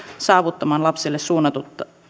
saavuttamaan lapsille suunnatut